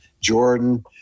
Jordan